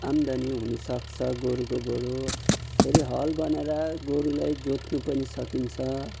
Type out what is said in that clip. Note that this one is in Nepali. आम्दानी हुनसक्छ गोरुकोबाट फेरि हल बनाएर गोरुलाई जोत्नु पनि सकिन्छ